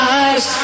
eyes